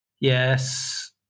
Yes